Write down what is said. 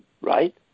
right